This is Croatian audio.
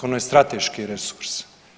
Ono je strateški resurs.